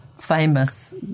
famous